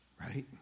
right